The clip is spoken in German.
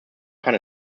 kann